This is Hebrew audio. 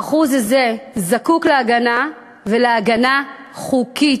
האחוז הזה זקוק להגנה ולהגנה חוקית.